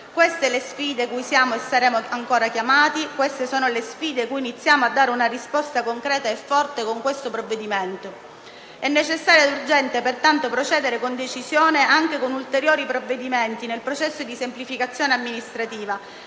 sono le sfide cui siamo e saremo ancora chiamati, le sfide alle quali iniziamo a dare una risposta concreta e forte con questo provvedimento. È necessario e urgente pertanto procedere con decisione, anche con ulteriori provvedimenti, nel processo di semplificazione amministrativa,